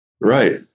Right